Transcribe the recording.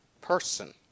person